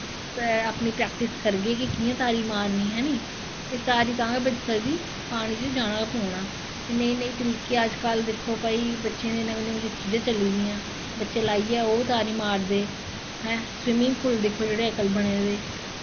अपनी प्रैक्टिस करगे कि तारी कि'यां मारनी तारी तां गै बज्जी सकदी कि पानी च जाना गै पौनां नेह् नेह् तरीके अजकल्ल बच्चें दे दिक्खो चली दियां बच्चे लाइयै ओह् तारी मारदे हैं स्विमिंग पुल दिक्खो जेह्ड़े बने दे